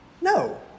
No